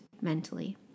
mentally